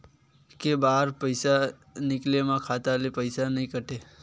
के बार पईसा निकले मा खाता ले पईसा नई काटे?